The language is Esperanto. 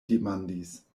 demandis